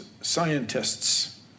scientists